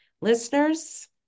listeners